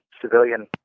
civilian